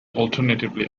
alternatively